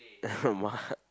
what